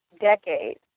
decades